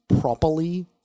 properly